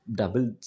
double